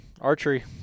archery